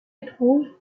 éprouve